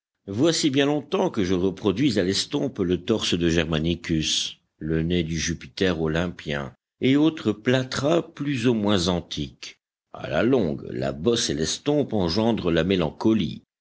voici bien longtemps que je reproduis à l'estompe le torse de germanicus le nez du jupiter olympien et autres plâtras plus ou moins antiques à la longue la bosse et l'estompe engendrent la mélancolie